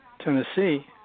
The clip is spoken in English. Tennessee